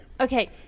Okay